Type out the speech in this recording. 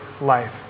life